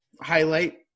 highlight